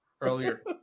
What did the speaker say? earlier